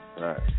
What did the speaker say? Right